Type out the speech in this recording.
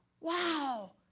wow